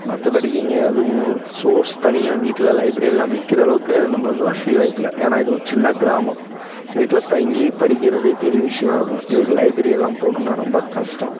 மற்றபடி இங்கே எதுவும் சோர்ஸ் தனியாக வீட்டில் லைப்ரெரிலாம் வைக்கிற அளவுக்கு நம்பளுக்கு வசதி வாய்ப்பில்லை ஏன்னா இது ஒரு சின்ன கிராமம் வீட்டில் தங்கி படிக்கிறதே பெரிய விஷ்யமா இருக்கும் இதுக்கு லைப்பெரியலாம் போனும்ன்னா ரொம்ப கஷ்டம்